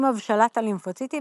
עם הבשלת הלימפוציטים,